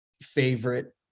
favorite